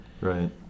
Right